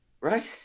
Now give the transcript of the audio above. right